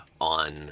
on